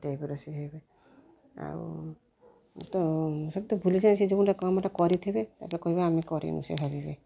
ସେ ଟାଇପ୍ର ସେ ହେବେ ଆଉ ତ ସବୁ ତ ଭୁଲିଯାଏ ସେ ଯେଉଁ ଗୋଟିକ କାମଟା କରିଥିବେ ତା'ପରେ କହିବେ ଆମେ କରିନୁ ସେ ଭାବିବେ